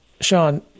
Sean